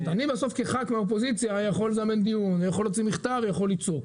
כח"כ מהאופוזיציה אני יכול לזמן דיון ויכול להוציא מכתב ויכול לצעוק.